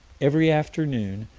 every afternoon,